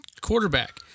quarterback